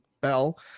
bell